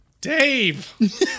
Dave